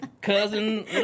cousin